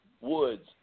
Woods